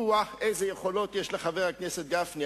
איזו יכולת יש לחבר הכנסת גפני.